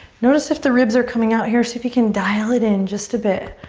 notice if the ribs are coming out here. see if you can dial it in just a bit.